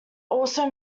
also